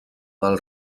del